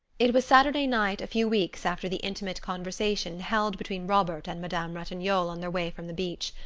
it was saturday night a few weeks after the intimate conversation held between robert and madame ratignolle on their way from the beach.